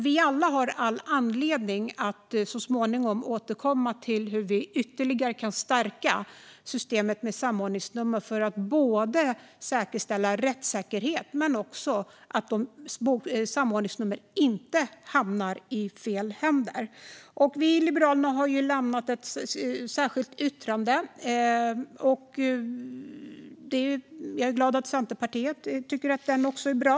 Vi alla har all anledning att så småningom återkomma till hur vi ytterligare kan stärka systemet med samordningsnummer för att säkerställa både rättssäkerhet och att samordningsnummer inte hamnar i fel händer. Vi i Liberalerna har lämnat ett särskilt yttrande. Jag är glad att även Centerpartiet tycker att det yttrandet är bra.